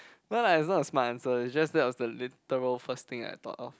well that is not a smart answer is just that was the literal first thing I thought of